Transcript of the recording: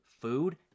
food